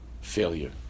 failure